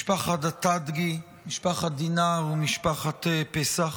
משפחת אטדגי, משפחה דינר ומשפחת פסח.